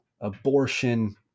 abortion